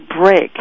break